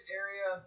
area